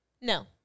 No